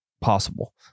possible